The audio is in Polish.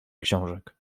książek